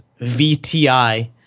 VTI